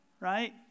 right